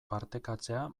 partekatzea